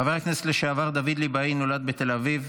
חבר הכנסת לשעבר דוד ליבאי נולד בתל אביב,